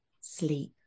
sleep